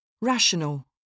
Rational